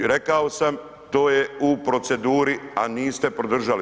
Rekao sam to je u proceduri, a niste podržali.